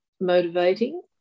motivating